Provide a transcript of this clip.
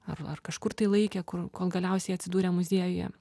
ar ar kažkur tai laikė kur kol galiausiai atsidūrė muziejuje